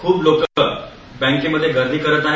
खुप लोकं बँकेमध्ये गर्दी करत आहेत